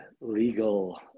legal